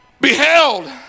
beheld